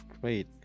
Great